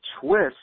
twist